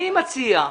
אני מציע,